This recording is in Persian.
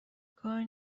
کار